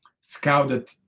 scouted